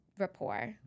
rapport